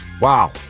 Wow